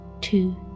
two